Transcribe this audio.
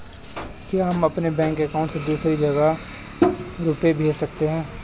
क्या हम अपने बैंक अकाउंट से दूसरी जगह रुपये भेज सकते हैं?